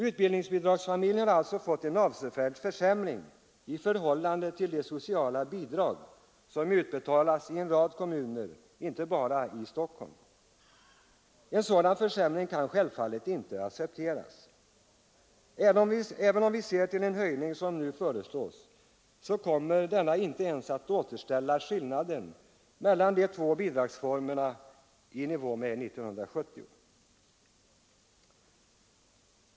Utbildningsbidragsfamiljen har följaktligen fått en avsevärd försämring i förhållande till de sociala bidrag som utbetalas i en rad kommuner, inte bara i Stockholm. En sådan förändring kan självfallet inte accepteras. Den skillnad som nu föreslås kommer inte ens att återställa skillnaden mellan de två bidragsformerna till 1970 års nivå.